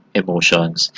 emotions